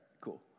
cool